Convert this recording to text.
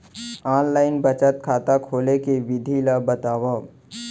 Online बचत खाता खोले के विधि ला बतावव?